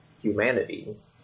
humanity